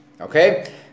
okay